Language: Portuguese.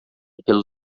pelo